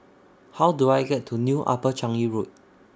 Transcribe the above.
How Do I get to New Upper Changi Road